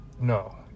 No